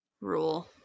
rule